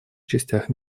частях